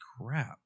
crap